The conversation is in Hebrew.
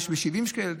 יש ב-70 שקלים,